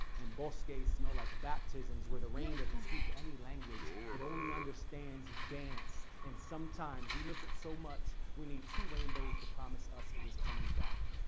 and but so smell like baptisms where the rain doesn't speak any language. it only understands dance, and sometimes we miss it so much we need two rainbows to promise us it is coming back.